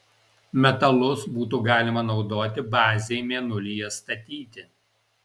metalus būtų galima naudoti bazei mėnulyje statyti